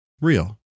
Real